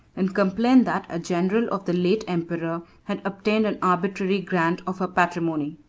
and complained that a general of the late emperor had obtained an arbitrary grant of her patrimony.